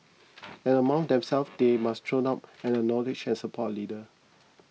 and amongst themselves they must throw up and acknowledge and support a leader